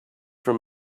from